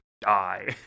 die